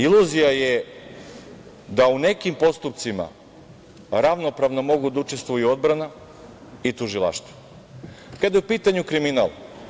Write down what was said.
Iluzija je da u nekim postupcima ravnopravno mogu da učestvuju odbrana i tužilaštvu kada je u pitanju kriminal.